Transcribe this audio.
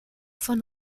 von